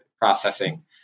processing